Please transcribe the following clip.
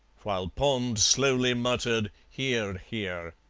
while pond slowly muttered, hear, hear.